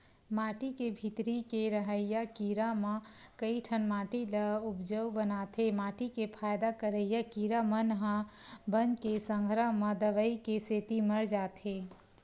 माटी के भीतरी के रहइया कीरा म कइठन माटी ल उपजउ बनाथे माटी के फायदा करइया कीरा मन ह बन के संघरा म दवई के सेती मर जाथे